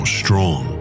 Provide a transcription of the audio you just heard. strong